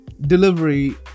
delivery